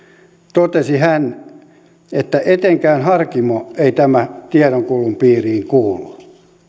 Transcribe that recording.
totesi hän että etenkään harkimo ei tämän tiedonkulun piiriin kuulu